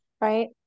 Right